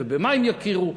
ובמה הם יכירו,